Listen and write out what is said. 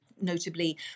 notably